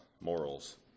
morals